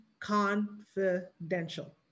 Confidential